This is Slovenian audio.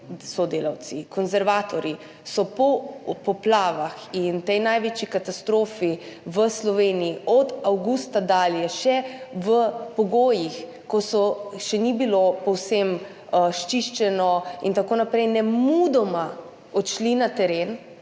sodelavci, konservatorji po poplavah in tej največji katastrofi v Sloveniji od avgusta dalje še v pogojih, ko še ni bilo povsem sčiščeno in tako naprej, nemudoma odšli na teren,